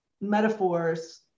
metaphors